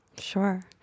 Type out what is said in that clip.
Sure